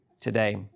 today